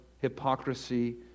hypocrisy